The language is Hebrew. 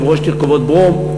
יושב-ראש ועד עובדי "תרכובות ברום",